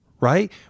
right